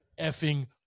effing